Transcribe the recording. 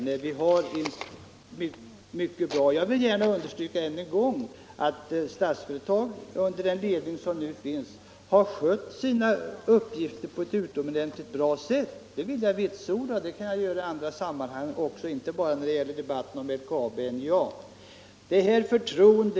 Jag vill ännu en gång understryka att Statsföretag under sin nuvarande ledning har skött sina uppgifter på ett utomordentligt bra sätt. Det vill jag vitsorda —- det kan jag göra i andra sammanhang också, inte bara i debatten om sammanslagningen av LKAB och NJA.